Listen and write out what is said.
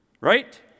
Right